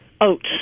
oats